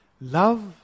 Love